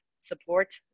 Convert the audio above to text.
support